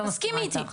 תסכימי איתי.